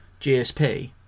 GSP